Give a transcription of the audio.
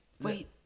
Wait